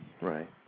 right